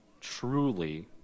truly